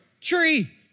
tree